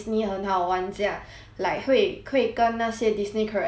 like 会会跟那些 Disney character interact 很多